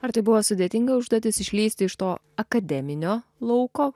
ar tai buvo sudėtinga užduotis išlįsti iš to akademinio lauko